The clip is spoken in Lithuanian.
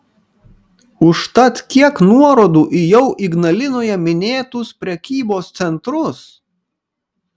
užtat kiek nuorodų į jau ignalinoje minėtus prekybos centrus